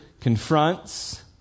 confronts